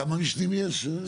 כמה משנים יש?